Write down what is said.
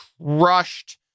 crushed